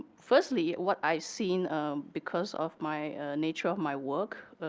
firstly, what i've seen because of my nature of my work,